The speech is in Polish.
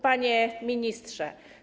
Panie Ministrze!